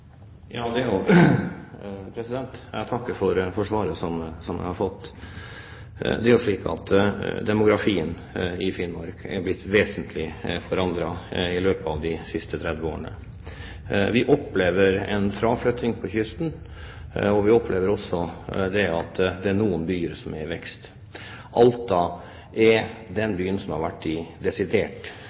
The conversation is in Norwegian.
Jeg takker for svaret som jeg fikk. Det er jo slik at demografien i Finnmark er blitt vesentlig forandret i løpet av de siste 30 årene. Vi opplever fraflytting på kysten, og vi opplever også at det er noen byer som er i vekst. Alta er den byen som har vært desidert størst i